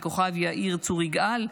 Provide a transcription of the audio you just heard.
מכוכב יאיר צור יגאל,